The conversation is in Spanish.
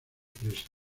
presa